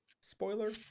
Spoiler